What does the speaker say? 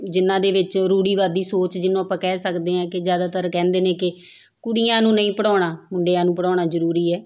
ਜਿਨ੍ਹਾਂ ਦੇ ਵਿੱਚ ਰੂੜ੍ਹੀਵਾਦੀ ਸੋਚ ਜਿਹਨੂੰ ਆਪਾਂ ਕਹਿ ਸਕਦੇ ਹਾਂ ਕਿ ਜ਼ਿਆਦਾਤਰ ਕਹਿੰਦੇ ਨੇ ਕਿ ਕੁੜੀਆਂ ਨੂੰ ਨਹੀਂ ਪੜ੍ਹਾਉਣਾ ਮੁੰਡਿਆਂ ਨੂੰ ਪੜ੍ਹਾਉਣਾ ਜ਼ਰੂਰੀ ਹੈ